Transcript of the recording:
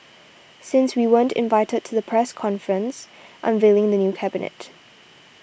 since we weren't invited to the press conference unveiling the new cabinet